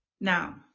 now